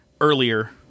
earlier